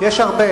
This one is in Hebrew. יש הרבה,